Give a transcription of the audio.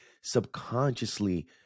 subconsciously